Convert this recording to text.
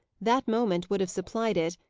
that moment would have supplied it,